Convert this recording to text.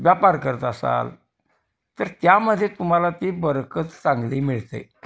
व्यापार करत असाल तर त्यामध्ये तुम्हाला ती बरकत चांगली मिळते